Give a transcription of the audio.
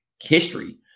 history